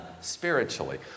spiritually